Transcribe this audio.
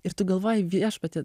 ir tu galvoji viešpatie